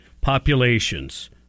populations